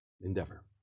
endeavor